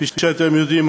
כפי שאתם יודעים,